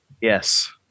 yes